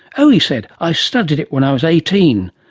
oh, he said, i studied it when i was eighteen.